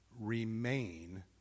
remain